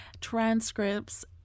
transcripts